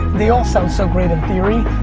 they all sound so great in theory